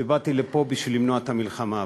שבאתי לפה בשביל למנוע את המלחמה הבאה,